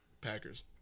Packers